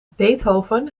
beethoven